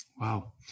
Wow